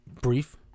brief